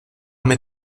mit